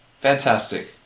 fantastic